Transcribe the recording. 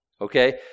Okay